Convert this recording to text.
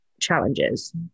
challenges